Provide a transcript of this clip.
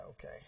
okay